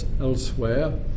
elsewhere